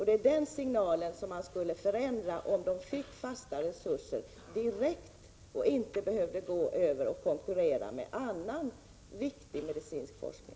Det är den signalen som skulle förändras om man fick fasta resurser direkt och inte behövde konkurrera med annan viktig medicinsk forskning.